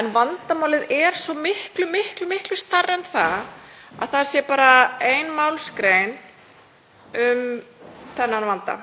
en vandamálið er svo miklu stærra en það að það dugi bara ein málsgrein um þann vanda